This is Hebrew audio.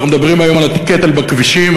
אנחנו מדברים היום על הקטל בכבישים,